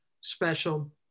special